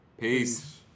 Peace